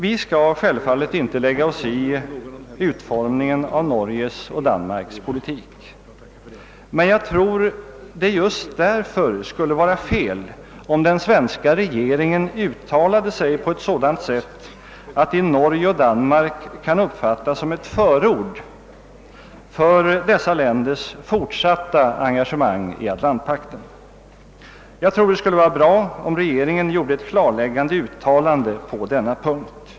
Vi skall självfallet inte lägga oss i utformningen av Norges och Danmarks politik, men jag tror att det just därför skulle vara fel av den svenska regeringen att uttala sig på ett sådant sätt, att det i Norge och Danmark kan uppfattas som ett förord för dessa länders fortsatta engagemang i Atlantpakten. Det skulle vara bra, om regeringen gjorde ett klarläggande uttalande på denna punkt.